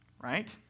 right